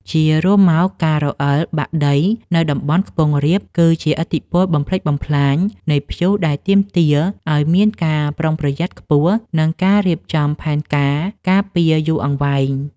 ជារួមមក ការរអិលបាក់ដីនៅតំបន់ខ្ពង់រាបគឺជាឥទ្ធិពលបំផ្លិចបំផ្លាញនៃព្យុះដែលទាមទារឱ្យមានការប្រុងប្រយ័ត្នខ្ពស់ និងការរៀបចំផែនការការពារយូរអង្វែង។